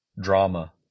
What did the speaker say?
drama